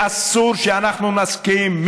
ואסור שאנחנו נסכים.